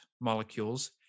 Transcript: molecules